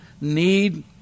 need